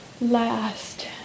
last